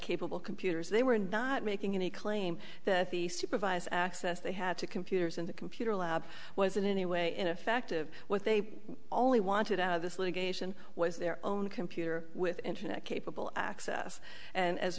capable computers they were not making any claim that the supervised access they had to computers in the computer lab was in any way ineffective what they only wanted out of this litigation was their own computer with internet capable access and as